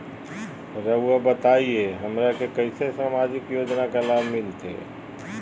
रहुआ बताइए हमरा के कैसे सामाजिक योजना का लाभ मिलते?